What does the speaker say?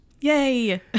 Yay